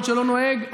שלא נוהג?